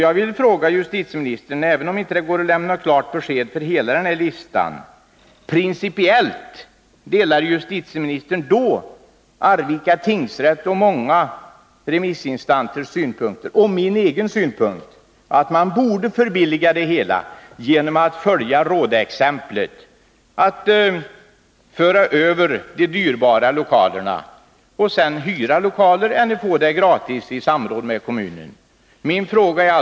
Jag vill — även om det inte går att lämna klart besked beträffande hela den här listan — fråga: Delar justitieministern principiellt Arvika tingsrätts och många remissinstansers synpunkter och min egen synpunkt att man borde förbilliga det hela genom att följa Rådaexemplet, dvs. föra över de dyrbara lokalerna till kommunen och sedan hyra lokaler eller få dem gratis i samråd med kommunen?